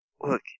look